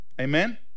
amen